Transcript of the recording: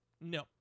no